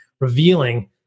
revealing